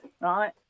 right